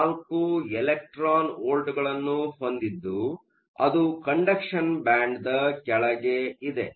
4 electron ವೋಲ್ಟ್ಗಳನ್ನು ಹೊಂದಿದ್ದು ಅದು ಕಂಡಕ್ಷನ್ ಬ್ಯಾಂಡ್ದ ಕೆಳಗೆ ಇದೆ